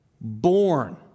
Born